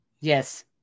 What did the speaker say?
Yes